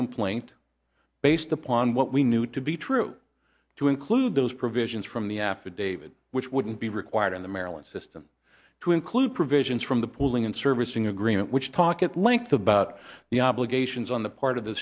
complaint based upon what we knew to be true to include those provisions from the affidavit which wouldn't be required in the maryland system to include provisions from the pooling and servicing agreement which talk at length about the obligations on the part of the